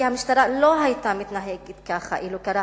כי המשטרה לא היתה מתנהגת ככה אילו קרה